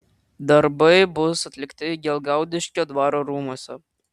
darbai bus atlikti gelgaudiškio dvaro rūmuose